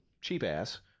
cheap-ass